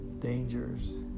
dangers